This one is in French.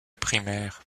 primaire